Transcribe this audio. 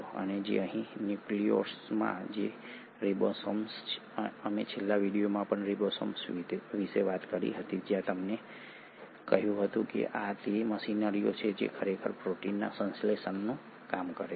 અને તે અહીં ન્યુક્લિયોલસમાં છે કે રિબોસોમ્સ અમે છેલ્લા વિડિઓમાં પણ રિબોસોમ્સ વિશે વાત કરી હતી જ્યાં મેં તમને કહ્યું હતું કે આ તે મશીનરીઓ છે જે ખરેખર પ્રોટીનના સંશ્લેષણનું કામ કરે છે